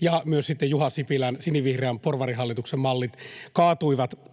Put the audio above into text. sekä myös Juha Sipilän sinivihreän porvarihallituksen mallit kaatuivat